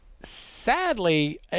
sadly